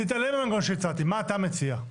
תתעלם מהמנגנון שהצעתי, מה אתה מציע?